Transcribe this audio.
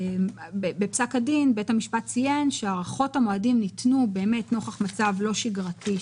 בפסק הדין בית המשפט ציין שהארכות המועדים ניתנו נוכח מצב לא כשגרתו,